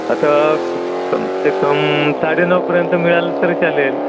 आता कम से कम साडे नऊपर्यंत मिळालं तरी चालेल